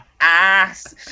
ass